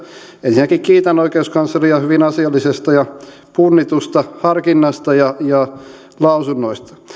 ensinnäkin kiitän oikeuskansleria hyvin asiallisesta ja punnitusta harkinnasta ja lausunnoista